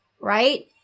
right